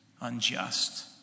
unjust